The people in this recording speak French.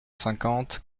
cinquante